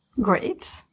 Great